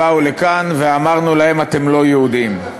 והם באו לכאן ואמרנו להם: אתם לא יהודים.